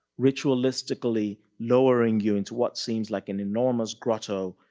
ritualistically lowering you into what seems like an enormous grotto,